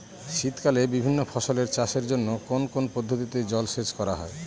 শীতকালে বিভিন্ন ফসলের চাষের জন্য কোন কোন পদ্ধতিতে জলসেচ করা হয়?